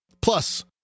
Plus